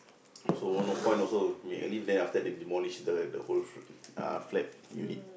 so no point also make a lift then after they demolish the the whole fl~ uh flat unit